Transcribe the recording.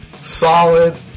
solid